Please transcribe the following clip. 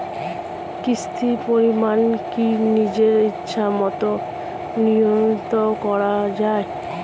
কিস্তির পরিমাণ কি নিজের ইচ্ছামত নিয়ন্ত্রণ করা যায়?